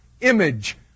image